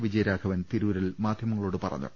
വിജയരാഘവൻ തിരൂരിൽ മാധ്യമങ്ങളോട് പറഞ്ഞു